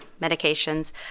medications